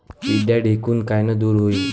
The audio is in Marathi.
पिढ्या ढेकूण कायनं दूर होईन?